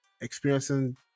experiencing